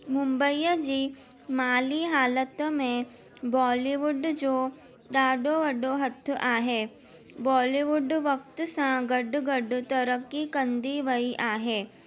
मुंबईअ जी माली हालतु में बॉलीवुड जो ॾाढो वॾो हथ आहे बॉलीवुड वक़्तु सां गॾु गॾु तरक़ी कंदी वई आहे